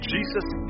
Jesus